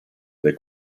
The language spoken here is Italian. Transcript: dai